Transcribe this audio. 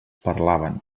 parlaven